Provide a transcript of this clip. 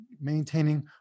maintaining